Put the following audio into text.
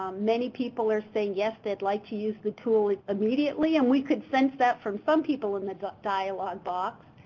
um many people are saying yes, they'd like to use the tool immediately and we could sense that from some people in the dialog box.